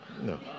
No